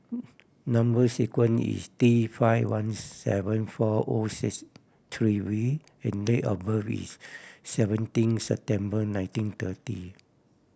number sequence is T five one seven four O six three V and date of birth is seventeen September nineteen thirty